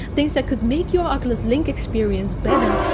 things that could make your oculus link experience better,